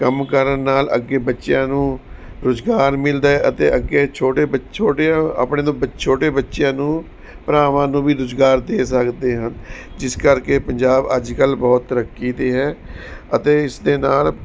ਕੰਮ ਕਰਨ ਨਾਲ ਅੱਗੇ ਬੱਚਿਆਂ ਨੂੰ ਰੁਜ਼ਗਾਰ ਮਿਲਦਾ ਹੈ ਅਤੇ ਅੱਗੇ ਛੋਟੇ ਬੱਚ ਛੋਟਿਆਂ ਆਪਣੇ ਤੋਂ ਬ ਛੋਟੇ ਬੱਚਿਆਂ ਨੂੰ ਭਰਾਵਾਂ ਨੂੰ ਵੀ ਰੁਜ਼ਗਾਰ ਦੇ ਸਕਦੇ ਹਨ ਜਿਸ ਕਰਕੇ ਪੰਜਾਬ ਅੱਜ ਕੱਲ੍ਹ ਬਹੁਤ ਤਰੱਕੀ 'ਤੇ ਹੈ ਅਤੇ ਇਸ ਦੇ ਨਾਲ